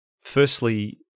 Firstly